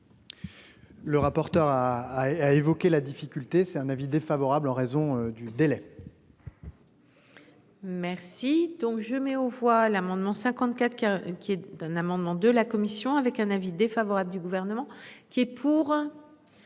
Le rapporteur a a évoqué la difficulté, c'est un avis défavorable en raison du délai. Merci donc je mets aux voix l'amendement 54 qui, qui est d'un amendement de la commission avec un avis défavorable du gouvernement qui est pour.